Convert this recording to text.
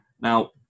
Now